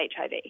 HIV